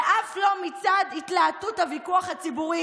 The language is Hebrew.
ואף לא מצד התלהטות הוויכוח הציבורי